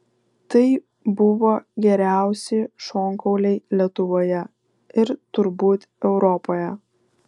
tai buvo geriausi šonkauliai lietuvoje ir turbūt europoje